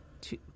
two